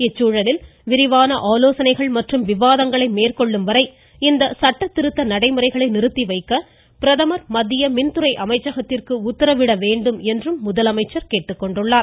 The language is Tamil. இச்சூழலில் விரிவான ஆலோசனைகள் மற்றும் விவாதங்களை மேற்கொள்ளும் வரை இந்த சட்டதிருத்த நடைமுறைகளை நிறுத்தி வைக்க பிரதமர் மத்திய மின்துறை அமைச்சகத்திற்கு பிரதமர் முதலமைச்சர் கேட்டுக்கொண்டுள்ளார்